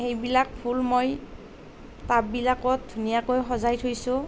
সেইবিলাক ফুল মই টাববিলাকত ধুনীয়াকৈ সজাই থৈছোঁ